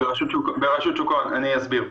אני אסביר.